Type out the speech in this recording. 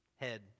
head